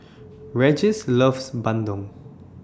Regis loves Bandung